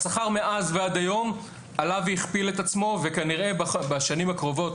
השכר מאז ועד היום עלה והכפיל את עצמו וכנראה בשנים הקרובות,